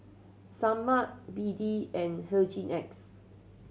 Sebamed B D and Hygin X